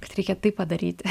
kad reikia taip padaryti